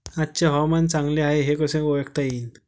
आजचे हवामान चांगले हाये हे कसे ओळखता येईन?